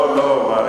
לא לא,